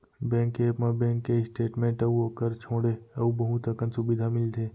bank के app म bank के स्टेट मेंट अउ ओकर छोंड़े अउ बहुत अकन सुबिधा मिलथे